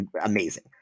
amazing